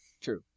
True